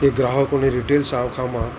એ ગ્રાહકોની રિટેલ શાખામાં